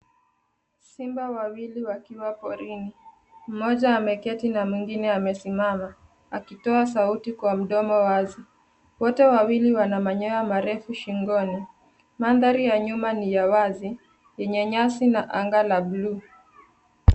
Simba wawili wakiwa porini. Mmoja ameketi na mwingine amesimama akitoa sauti kwa mdomo wazi. Wote wawili wana manyoya marefu shingoni. Mandhari ya nyuma ni ya wazi yenye nyasi na anga la buluu.